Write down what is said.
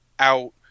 out